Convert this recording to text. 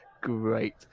great